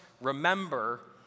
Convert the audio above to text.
remember